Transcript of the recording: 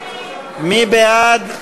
מי בעד?